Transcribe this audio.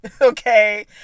Okay